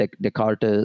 Descartes